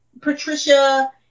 Patricia